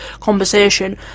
conversation